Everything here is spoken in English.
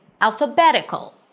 ALPHABETICAL